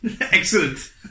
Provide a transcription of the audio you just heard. Excellent